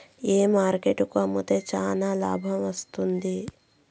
ఏ market కు అమ్మితే చానా లాభం వస్తుంది?